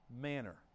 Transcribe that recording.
manner